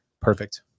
Perfect